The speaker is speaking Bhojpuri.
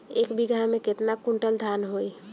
एक बीगहा में केतना कुंटल धान होई?